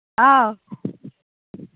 ꯑꯧ